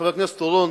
חבר הכנסת אורון,